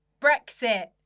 Brexit